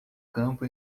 campo